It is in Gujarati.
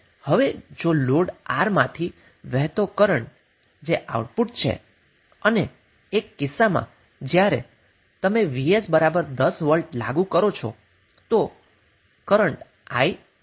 હવે જો લોડ R માથી વહેતો કરન્ટ જે આઉટપુટ છે અને એક કિસ્સામાં જ્યારે તમે Vs 10V લાગુ કરો છો તો i 2A મળે છે